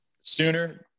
Sooner